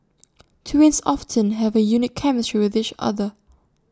twins often have A unique chemistry with each other